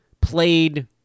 played